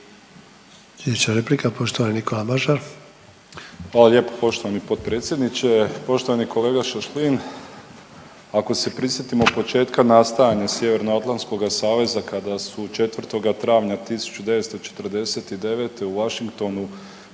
Hvala lijepo poštovani potpredsjedniče. Poštovani kolega Šašlin. Ako se prisjetimo početka nastajanja Sjevernoatlantskoga saveza kada su 4. travnja 1949. u Washingtonu